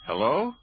Hello